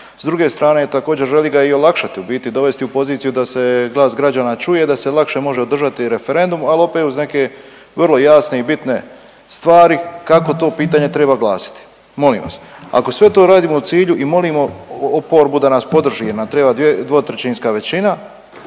s druge strane također želi ga i olakšati u biti dovesti u poziciju da se glas građana čuje, da se lakše može održati referendum, ali opet uz neke vrlo jasne i bitne stvari kako to pitanje treba glasiti. Molim vas ako sve to radimo u cilju i molimo oporbu da nas podrži jer nam treba 2/3 većina